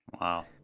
Wow